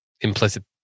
implicit